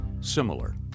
similar